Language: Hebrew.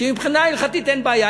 אין בעיה.